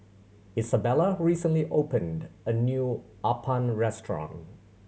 Izabella recently opened a new appam restaurant